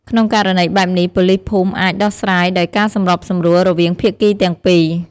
ក្នុងករណីបែបនេះ ប៉ូលីសភូមិអាច ដោះស្រាយដោយការសម្របសម្រួល រវាងភាគីទាំងពីរ។